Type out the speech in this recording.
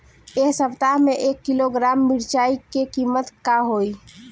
एह सप्ताह मे एक किलोग्राम मिरचाई के किमत का होई?